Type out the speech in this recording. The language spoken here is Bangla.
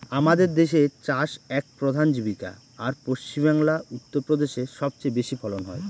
আমাদের দেশের চাষ এক প্রধান জীবিকা, আর পশ্চিমবাংলা, উত্তর প্রদেশে সব চেয়ে বেশি ফলন হয়